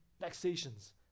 vexations